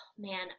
Man